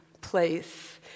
place